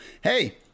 hey